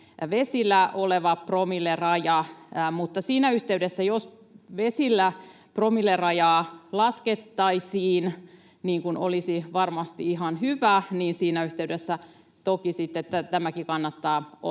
vesillä oleva promilleraja. Mutta jos vesillä promillerajaa laskettaisiin, niin kuin olisi varmasti ihan hyvä, niin siinä yhteydessä toki sitten tämäkin kannattaa ottaa